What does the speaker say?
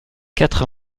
quatre